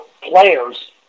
players